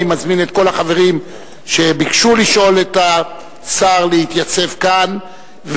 אני מזמין את כל החברים שביקשו לשאול את השר להתייצב כאן.